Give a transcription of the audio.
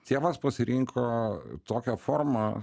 tėvas pasirinko tokią formą